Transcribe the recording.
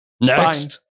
Next